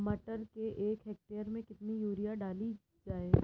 मटर के एक हेक्टेयर में कितनी यूरिया डाली जाए?